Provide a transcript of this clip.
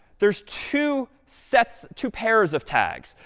there's two sets two pairs of tags,